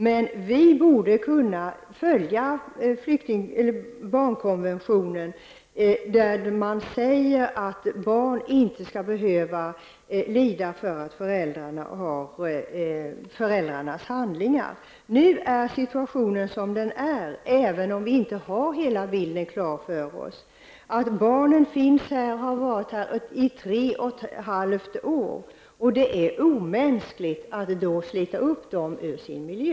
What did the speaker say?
Men vi borde kunna följa barnkonventionen, där det sägs att barn inte skall behöva lida för föräldrarnas handlingar. Nu är situationen som den är, även om vi inte har hela bilden klar för oss. Barnen finns här och har varit här i tre och ett halvt år. Det är omänskligt att slita upp dem ur sin miljö.